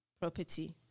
property